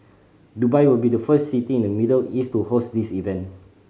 Dubai will be the first city in the Middle East to host this event